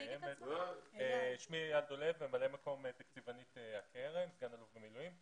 אני ממלא מקום תקציבנית הקרן, סגן אלוף במילואים.